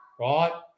right